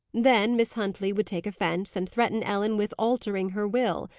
then miss huntley would take offence, and threaten ellen with altering her will,